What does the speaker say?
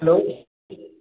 hello